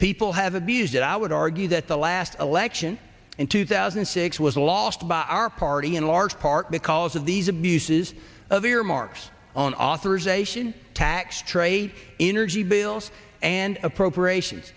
people have abused it i would argue that the last election in two thousand and six was lost by our party in large part because of these abuses of earmarks on authorization tax straight energy bills and appropriations